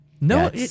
No